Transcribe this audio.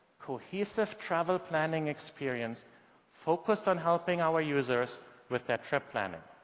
cohesive travel planning experience focused on helping our users with their trip planning. i